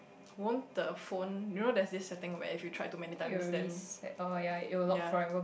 won't the phone you know there's this setting where if you tried too many times then yea